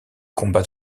combats